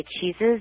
cheeses